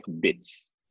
bits